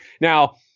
Now